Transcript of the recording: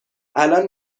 الان